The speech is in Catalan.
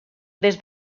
des